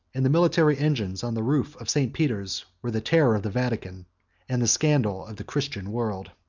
and the military engines on the roof of st. peter's were the terror of the vatican and the scandal of the christian world.